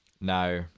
Now